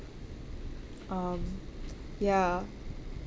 um ya